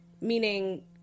Meaning